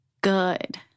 good